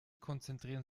konzentrieren